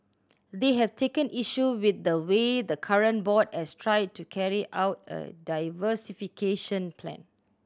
they have taken issue with the way the current board has tried to carry out a diversification plan